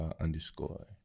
underscore